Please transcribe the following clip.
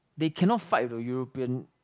they cannot fight with a European